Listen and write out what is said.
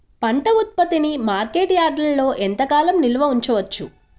పంట ఉత్పత్తిని మార్కెట్ యార్డ్లలో ఎంతకాలం నిల్వ ఉంచవచ్చు?